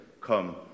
come